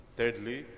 Thirdly